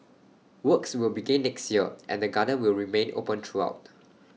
works will begin next year and the garden will remain open throughout